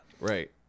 Right